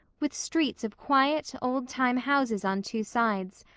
with streets of quiet, old-time houses on two sides,